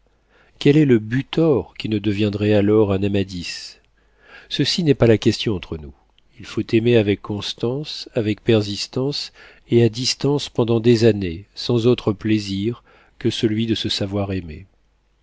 quel est le butor qui ne deviendrait alors un amadis ceci n'est pas la question entre nous il faut aimer avec constance avec persistance et à distance pendant des années sans autre plaisir que celui de se voir